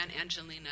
Angelina